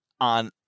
on